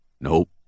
Nope